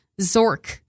Zork